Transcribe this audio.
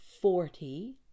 forty